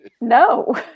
No